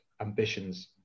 Ambitions